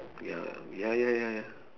ya ya ya ya ya ya